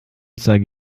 zeige